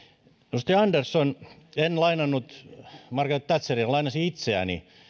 edustaja andersson en lainannut margaret thatcheria vaan itseäni